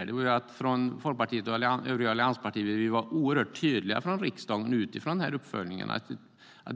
oss i Folkpartiet och övriga allianspartier var att vi i utskottsinitiativet var tydliga från riksdagens sida utifrån uppföljningen.